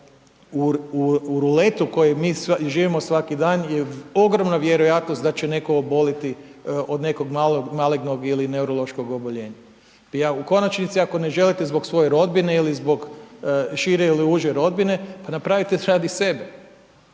u ruletu koje mi živimo svaki dan je ogromna vjerojatnost da će netko oboliti od nekog malignog ili neurološkog oboljenja. Pa u konačnici ako ne želite zbog svoje rodbine ili zbog šire ili uže rodbine, pa napravite radi sebe.